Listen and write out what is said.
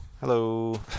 hello